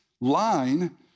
line